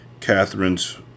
Catherine's